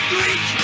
Greek